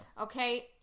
Okay